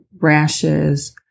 rashes